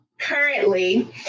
currently